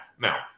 now